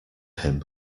him